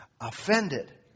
offended